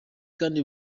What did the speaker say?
kandi